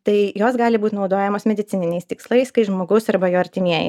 tai jos gali būt naudojamos medicininiais tikslais kai žmogus arba jo artimieji